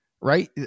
Right